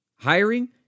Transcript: Hiring